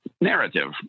narrative